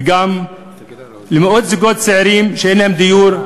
וגם למאות זוגות צעירים שאין להם דיור,